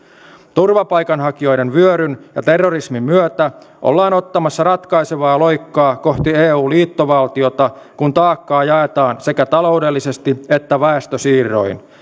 turvapaikanhakijoiden vyöryn ja terrorismin myötä ollaan ottamassa ratkaisevaa loikkaa kohti eun liittovaltiota kun taakkaa jaetaan sekä taloudellisesti että väestösiirroin